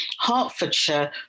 Hertfordshire